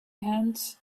hands